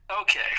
Okay